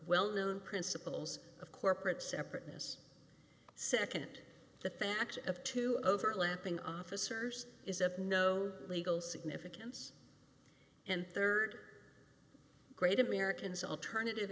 well known principles of corporate separateness nd the fact of two overlapping officers is no legal significance and rd grade americans alternative